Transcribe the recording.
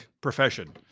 profession